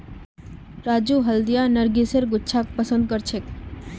राजू हल्दिया नरगिसेर गुच्छाक पसंद करछेक